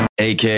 AK